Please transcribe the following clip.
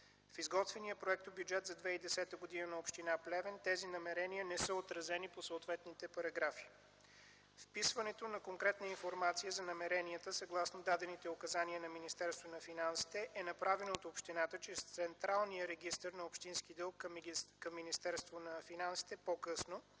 В изготвения проектобюджет за 2010 г. на община Плевен тези намерения не са отразени по съответните параграфи. Вписването на конкретна информация за намеренията съгласно дадените указания на Министерството на финансите е направено от общината чрез Централния регистър на общински дълг към Министерството